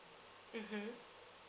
mmhmm